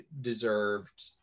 deserved